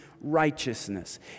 righteousness